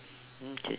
okay